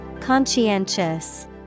Conscientious